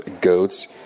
goats